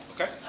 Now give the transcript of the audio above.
Okay